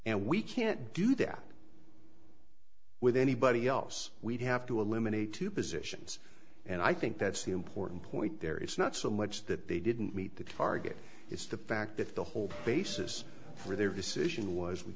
and we can't do that with anybody else we'd have to eliminate two positions and i think that's the important point there it's not so much that they didn't meet the target it's the fact that the whole basis for their decision was we